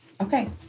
okay